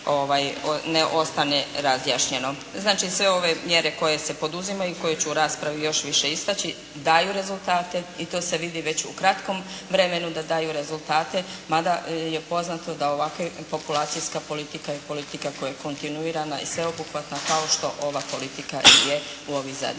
ne ostane razjašnjeno. Znači, sve ove mjere koje se poduzimaju i koje ću u raspravi još više istaći daju razultate i to se vidi već u kratkom vremenu da daju rezultate mada je poznato da ovakva populacijska politika je politika koja je kontinuirana i sveobuhvatna kao što ova politika i je u ovih zadnjih